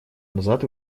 назад